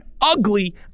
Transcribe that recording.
ugly